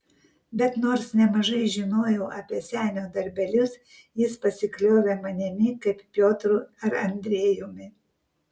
bet nors nemažai žinojau apie senio darbelius jis pasikliovė manimi kaip piotru ar andrejumi